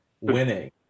winning